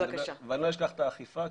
ואני לא אשכח את האכיפה,